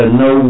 no